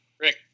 Rick